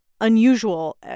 unusual